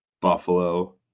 buffalo